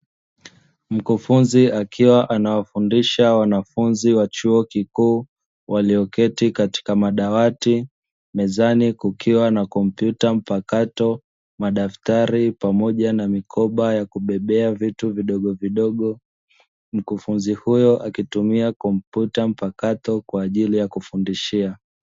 Mkufunzi akiwa anawafundisha wanafunzi wa chuo kikuu, walioketi katika madawati , mezani kukiwa na kompyuta mpakato, madaktari pamoja na mikoba ya kubebea vitu vidogovidogo. Mkufunzi huyo akitumia kompyuta mpakato kwa ajili ya kufundishia.